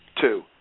two